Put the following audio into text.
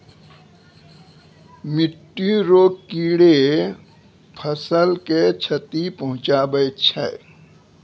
मिट्टी रो कीड़े फसल के क्षति पहुंचाबै छै